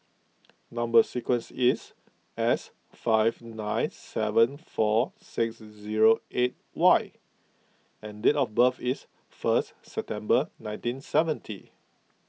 Number Sequence is S five nine seven four six zero eight Y and date of birth is first September nineteen seventy